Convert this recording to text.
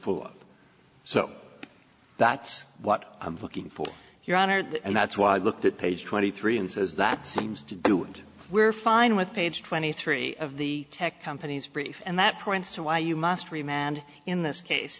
of so that's what i'm looking for your honor that and that's why i looked at page twenty three and says that seems to do and we're fine with page twenty three of the tech companies brief and that points to why you must remain and in this case